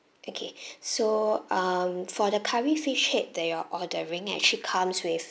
okay so um for the curry fish head that you are ordering actually comes with